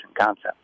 concept